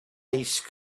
ice